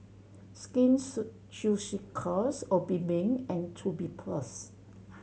Skin Ceuticals Obimin and Tubifast